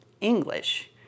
English